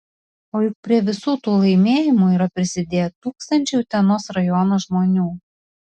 o juk prie visų tų laimėjimų yra prisidėję tūkstančiai utenos rajono žmonių